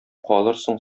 калырсың